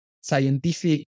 scientific